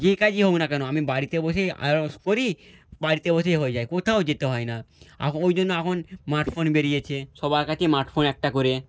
যে কাজই হোক না কেন আমি বাড়িতে বসেই আয়েস করি বাড়িতে বসেই হয়ে যায় কোথাও যেতে হয় না ওই জন্য এখন স্মার্ট ফোন বেরিয়েছে সবার কাছে স্মার্ট ফোন একটা করে